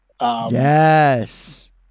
yes